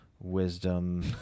wisdom